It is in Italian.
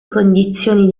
condizioni